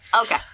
Okay